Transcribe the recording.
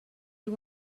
you